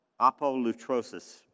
apolutrosis